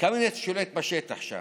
קמיניץ שולט בשטח שם.